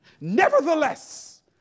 Nevertheless